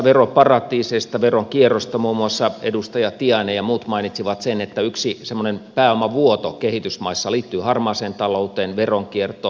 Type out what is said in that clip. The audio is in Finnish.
muun muassa edustaja tiainen ja muut mainitsivat sen että yksi semmoinen pääomavuoto kehitysmaissa liittyy harmaaseen talouteen veronkiertoon